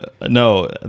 no